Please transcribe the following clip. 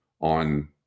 on